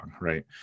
Right